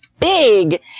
Big